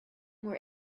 were